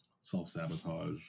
self-sabotage